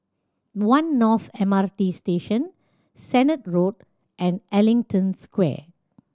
One North M R T Station Sennett Road and Ellington Square